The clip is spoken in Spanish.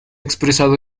expresado